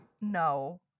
No